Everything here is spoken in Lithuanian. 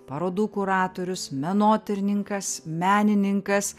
parodų kuratorius menotyrininkas menininkas